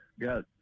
got